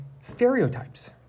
stereotypes